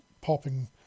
popping